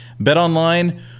BetOnline